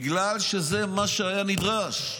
בגלל שזה מה שהיה נדרש,